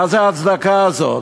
מה ההצדקה לזאת?